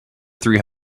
three